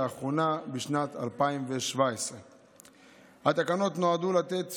לאחרונה בשנת 2017. התקנות נועדו לתת,